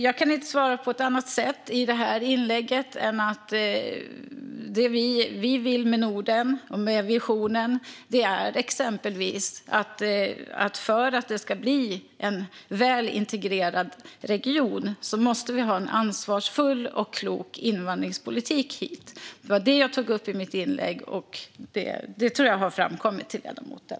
Jag kan inte svara på något annat sätt i det här inlägget än att det vi vill med Norden och med visionen exempelvis är detta: För att Norden ska bli en väl integrerad region måste vi ha en ansvarsfull och klok invandringspolitik. Det var det jag tog upp i mitt inlägg, och jag tror att det har framgått för ledamoten.